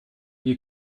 ihr